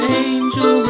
angel